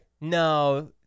No